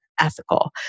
ethical